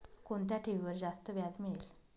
कोणत्या ठेवीवर जास्त व्याज मिळेल?